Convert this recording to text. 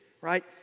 Right